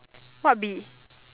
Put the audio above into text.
what Bee